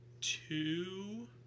two